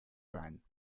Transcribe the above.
sein